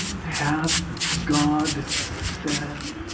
hath god said.